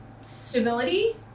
stability